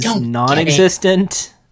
non-existent